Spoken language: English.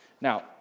Now